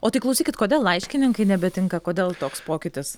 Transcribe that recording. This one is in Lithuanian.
o tai klausykit kodėl laiškininkai nebetinka kodėl toks pokytis